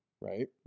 right